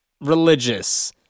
religious